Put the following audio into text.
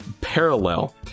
parallel